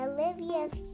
Olivia's